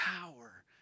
power